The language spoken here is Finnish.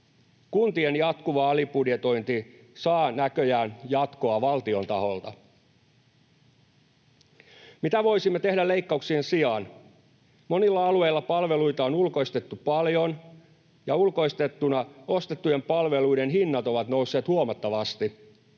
Kuntien jatkuva alibudjetointi saa näköjään jatkoa valtion taholta. Mitä voisimme tehdä leikkauksien sijaan? Monilla alueilla palveluita on ulkoistettu paljon ja ulkoistettuna ostettujen palveluiden hinnat ovat nousseet huomattavasti.